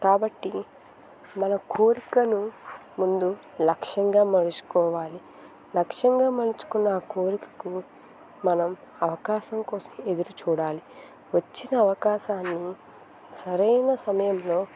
కాబట్టి మన కోరికను ముందు లక్ష్యంగా మలుచుకోవాలి లక్ష్యంగా మలుచుకున్న ఆ కోరికకు మనం అవకాశం కోసం ఎదురు చూడాలి వచ్చిన అవకాశాన్ని సరైన సమయంలో